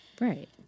Right